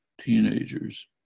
teenagers